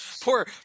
Poor